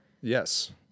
Yes